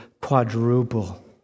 quadruple